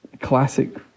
classic